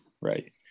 Right